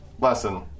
lesson